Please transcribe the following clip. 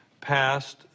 passed